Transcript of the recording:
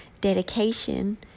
dedication